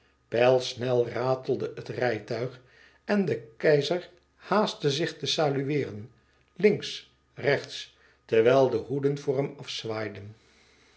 pijlsnel ratelde het rijtuig en de keizer haastte zich te salueeren links rechts terwijl de hoeden voor hem